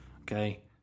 Okay